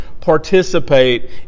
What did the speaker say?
participate